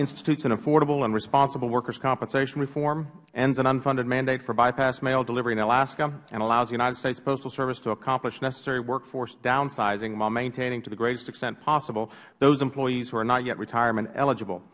institutes an affordable and responsible workers compensation reform ends an unfunded mandate for bypass mail delivery in alaska and allows the united states postal service to accomplish necessary workforce downsizing while maintaining to the greatest extent possible those employees who are not yet retirement eligible